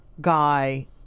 guy